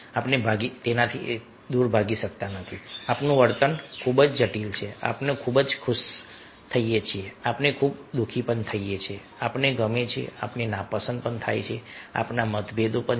આપણે ભાગી શકતા નથી આપણું વર્તન ખૂબ જટિલ છે આપણે ખૂબ ખુશ થઈએ છીએ આપણે ખૂબ દુઃખી થઈએ છીએ આપણને ગમે છે આપણને નાપસંદ થાય છે આપણા મતભેદો છે